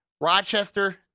Rochester